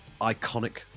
iconic